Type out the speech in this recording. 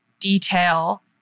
detail